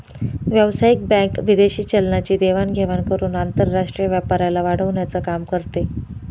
व्यावसायिक बँक विदेशी चलनाची देवाण घेवाण करून आंतरराष्ट्रीय व्यापाराला वाढवण्याचं काम करते